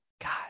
god